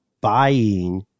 buying